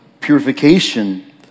purification